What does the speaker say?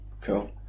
Cool